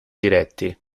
diretti